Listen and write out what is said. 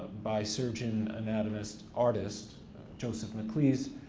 by surgeon anatomist artist joseph maclise,